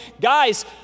Guys